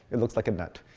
it looks like a nut.